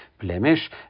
blemish